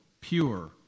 pure